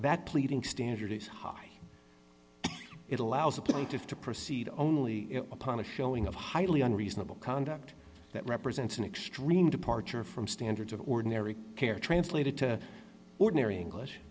that pleading standard is high it allows the plaintiff to proceed only upon a showing of highly unreasonable conduct that represents an extreme departure from standards of ordinary care translated to ordinary english